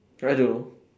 try to